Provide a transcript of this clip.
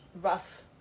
rough